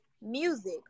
music